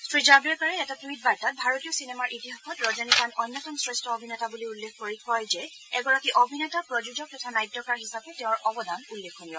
শ্ৰীজাভড়েকাৰে এটা টুইট বাৰ্তাত ভাৰতীয় চিনেমাৰ ইতিহাসত ৰজনীকান্ত অন্যতম অভিনেতা বুলি উল্লেখ কৰি কয় যে এগৰাকী অভিনেতা প্ৰযোজক তথা নাট্যকাৰ হিচাপে তেওঁৰ অৱদান উল্লেখনীয়